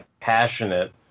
passionate